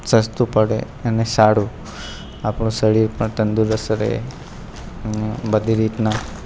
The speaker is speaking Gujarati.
સસ્તું પડે અને સારું આપણું શરીર પણ તંદુરસ્ત રહે અને બધી રીતના